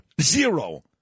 Zero